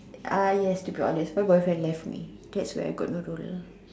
uh yes to be honest my boyfriend left me that's why I got no rule